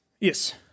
Yes